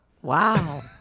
Wow